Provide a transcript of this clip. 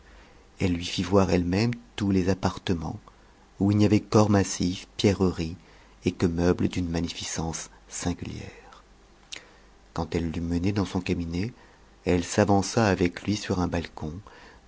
elle lui fit voir elle-même tous les appartements où il n'y avait qu'or massif pierreries et qae meubles d'une magnificence singulière quand elle l'eut mené dans son cabinet elle s'avança avec lui sur un balcon